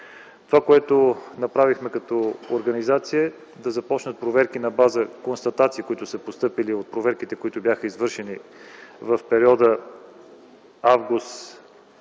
Това, което направихме като организация е да започнат проверки на база констатации, постъпили от проверките, които бяха извършени в периода август-октомври